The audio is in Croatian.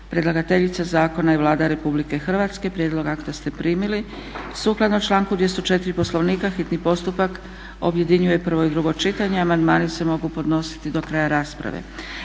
Predlagateljica zakona je Vlada Republike Hrvatske. Prijedlog akta ste primili. Sukladno članku 204. Poslovnika hitni postupak objedinjuje prvo i drugo čitanje. Amandmani se mogu podnositi do kraja rasprave.